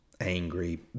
angry